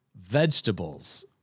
vegetables